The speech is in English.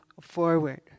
forward